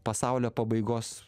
pasaulio pabaigos